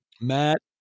Matt